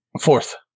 Fourth